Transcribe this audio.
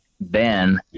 Ben